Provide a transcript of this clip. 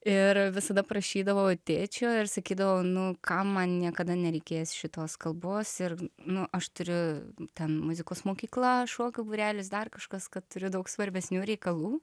ir visada prašydavau tėčio ir sakydavau nu ką man niekada nereikės šitos kalbos ir nu aš turiu ten muzikos mokykla šokių būrelis dar kažkas kad turiu daug svarbesnių reikalų